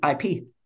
IP